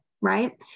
right